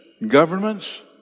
governments